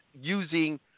using